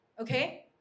okay